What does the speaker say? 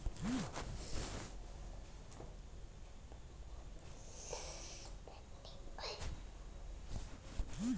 ಬಹುಪೋಷಕ ಗೊಬ್ಬರಗಳು ಎರಡು ಅಥವಾ ಹೆಚ್ಚಿನ ಪೋಷಕಾಂಶಗಳನ್ನು ಹೊಂದಿರುತ್ತದೆ ಉದಾಹರಣೆಗೆ ಎನ್ ಮತ್ತು ಪಿ ಇರುತ್ತೆ